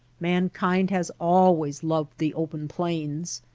mankind has always loved the open plains.